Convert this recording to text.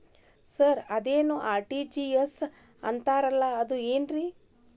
Sir ಅದೇನು RTGS ಅಂತಾರಲಾ ಅದು ಏನ್ರಿ?